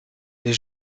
les